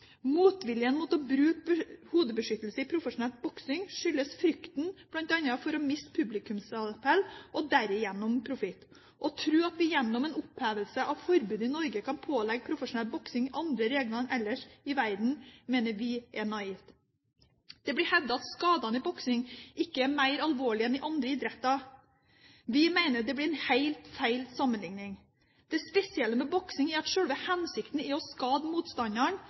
Motviljen mot å bruke hodebeskyttelse i profesjonell boksing skyldes bl.a. frykten for å miste publikumsappell og derigjennom profitt. Å tro at vi gjennom en opphevelse av forbudet i Norge kan pålegge profesjonell boksing andre regler enn ellers i verden, mener vi er naivt. Det blir hevdet at skadene i boksing ikke er mer alvorlige enn i andre idretter. Vi mener det blir en helt feil sammenligning. Det spesielle med boksing er at selve hensikten er å skade